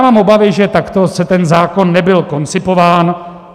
Mám obavy, že takto ten zákon nebyl koncipován.